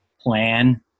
plan